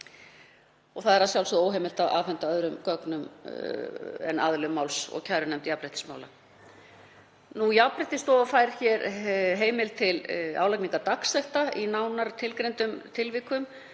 Það er að sjálfsögðu óheimilt að afhenda gögn öðrum en aðilum máls og kærunefnd jafnréttismála. Jafnréttisstofa fær hér heimild til álagningar dagsekta í nánar tilgreindum tilvikum.